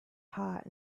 hot